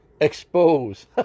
expose